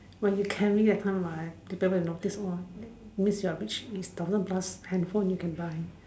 when you carry that time lah people will notice mah means your rich thousand plus handphone you can buy